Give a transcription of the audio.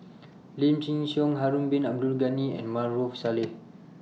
Lim Chin Siong Harun Bin Abdul Ghani and Maarof Salleh